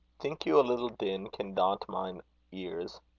think you a little din can daunt mine ears?